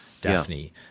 Daphne